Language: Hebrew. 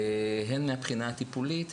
הן מהבחינה הטיפולית,